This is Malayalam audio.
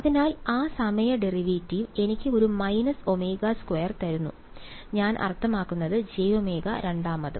അതിനാൽ ആ സമയ ഡെറിവേറ്റീവ് എനിക്ക് ഒരു മൈനസ് ഒമേഗ സ്ക്വയർ തരൂ ഞാൻ അർത്ഥമാക്കുന്നത് jω രണ്ടാമതും